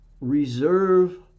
reserve